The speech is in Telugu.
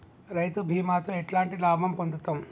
రైతు బీమాతో ఎట్లాంటి లాభం పొందుతం?